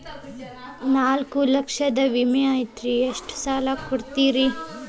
ನಾಲ್ಕು ಲಕ್ಷದ ವಿಮೆ ಐತ್ರಿ ಎಷ್ಟ ಸಾಲ ಕೊಡ್ತೇರಿ?